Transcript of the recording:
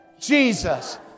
Jesus